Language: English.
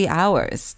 hours